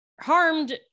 harmed